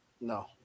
No